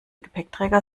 gepäckträger